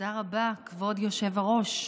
תודה רבה, כבוד היושב-ראש.